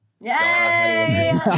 Yay